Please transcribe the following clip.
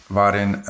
waarin